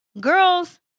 girls